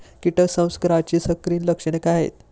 कीटक संसर्गाची संकीर्ण लक्षणे काय असतात?